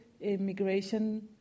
immigration